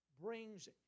brings